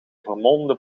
vermolmde